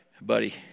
buddy